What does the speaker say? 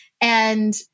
And-